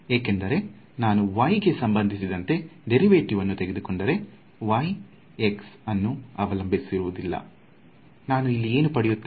ಏಕೆಂದರೆ ನಾನು y ಗೆ ಸಂಬಂಧಿಸಿದಂತೆ ಡೇರಿವೆಟಿವ್ ಅನ್ನು ತೆಗೆದುಕೊಂಡರೆ y x ಅನ್ನು ಅವಲಂಬಿಸಿರುವುದಿಲ್ಲ ನಾನು ಇಲ್ಲಿ ಏನು ಪಡೆಯುತ್ತೇನೆ